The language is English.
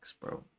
bro